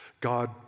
God